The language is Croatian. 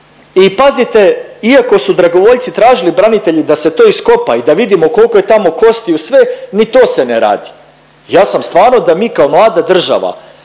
I pazite iako su dragovoljci tražili branitelji da to iskopa i da vidimo koliko je tamo kostiju sve, ni to se ne radi. Ja sam stvarno da mi kao mlada država,